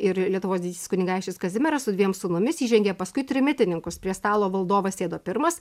ir lietuvos didysis kunigaikštis kazimieras su dviem sūnumis įžengė paskui trimitininkus prie stalo valdovas sėda pirmas